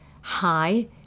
hi